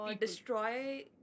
destroy